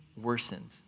worsened